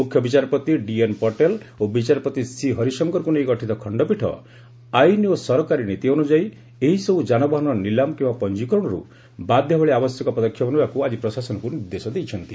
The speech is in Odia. ମୁଖ୍ୟ ବିଚାରପତି ଡିଏନ୍ ପଟେଲ୍ ଓ ବିଚାରପତି ସି ହରିଶଙ୍କରଙ୍କୁ ନେଇ ଗଠିତ ଖଣ୍ଡପୀଠ ଆଇନ୍ ଓ ସରକାରୀ ନୀତି ଅନୁଯାୟୀ ଏଇସବୁ ଯାନବାହନର ନିଲାମ କିମ୍ବା ପଞ୍ଜିକରଣରୁ ବାଦ୍ ଦେବା ଭଳି ଆବଶ୍ୟକ ପଦକ୍ଷେପ ନେବାକୁ ଆଜି ପ୍ରଶାସନକୁ ନିର୍ଦ୍ଦେଶ ଦେଇଛନ୍ତି